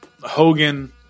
Hogan